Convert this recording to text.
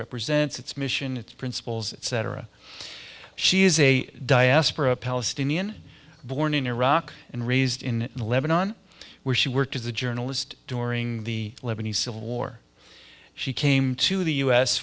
represents its mission its principles its cetera she is a diaspora palestinian born in iraq and raised in lebanon where she worked as a journalist during the lebanese civil war she came to the u s